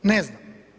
Ne znam.